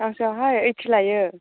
गांसेआवहाय एइटि लायो